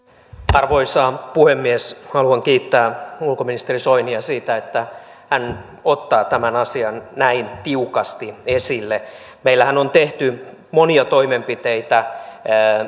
arvoisa puhemies haluan kiittää ulkoministeri soinia siitä että hän ottaa tämän asian näin tiukasti esille meillähän on tehty monia toimenpiteitä